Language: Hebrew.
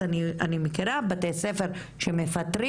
אני מכירה מקרים שבהם בתי ספר מסוימים בחודשי הקיץ מפטרים